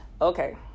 okay